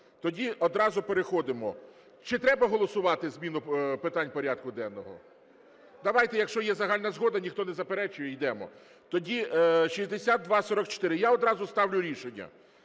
Тоді одразу переходимо, чи треба голосувати зміну питань порядку денного? Давайте, якщо є загальна згода, ніхто не заперечує, йдемо. Тоді, 6244. Я одразу ставлю рішення,